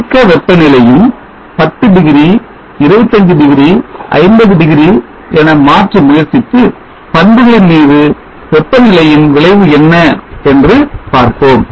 இயக்க வெப்ப நிலையையும் 10 டிகிரி 25 டிகிரி 50 டிகிரி என மாற்ற முயற்சித்து பண்புகளின் மீது வெப்பநிலையின் விளைவு என்ன என்று பார்ப்போம்